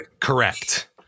Correct